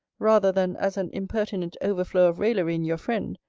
rather than as an impertinent overflow of raillery in your friend,